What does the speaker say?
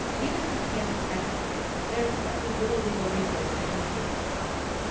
even if you can detect deepfakes, there is currently little legal recourse that can be taken to stop them.